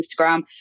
Instagram